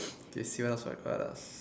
do you see what's my class